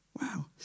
Wow